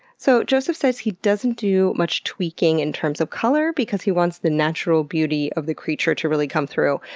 so joseph says he doesn't do much tweaking in terms of color because he wants the natural beauty of the creature to really come through,